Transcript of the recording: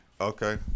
Okay